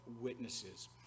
witnesses